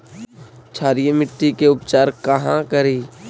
क्षारीय मिट्टी के उपचार कहा करी?